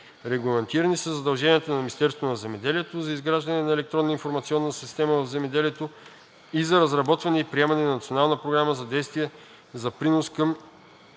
Регламентирани са задълженията на Министерството на земеделието за изграждане на Електронна информационна система в земеделието и за разработване и приемане на Национална програма за действие за принос към